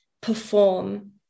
perform